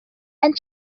and